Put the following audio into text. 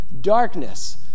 Darkness